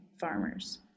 farmers